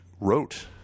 wrote